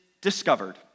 discovered